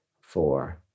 four